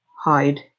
hide